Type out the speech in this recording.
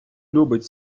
любить